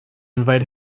invite